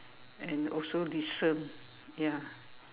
and also listen ya